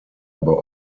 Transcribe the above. aber